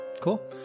Cool